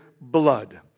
blood